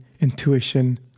intuition